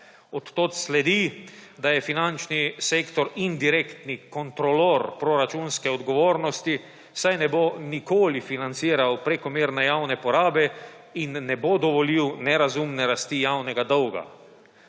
Od tod sledi, da je finančni sektor indirektni kontrolor proračunske odgovornosti, saj ne bo nikoli financiral prekomerne javne porabe in ne bo dovolil nerazumne rasti javnega dolga.